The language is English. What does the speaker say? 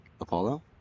Apollo